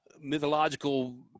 mythological